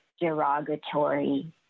derogatory